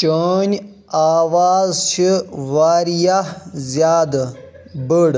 چٲنۍ آواز چھِ واریٛاہ زِیٛادٕ بٔڑ